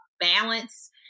balance